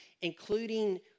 including